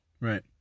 Right